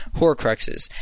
horcruxes